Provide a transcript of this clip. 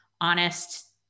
honest